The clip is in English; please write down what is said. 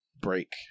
break